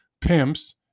pimps